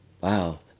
wow